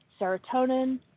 serotonin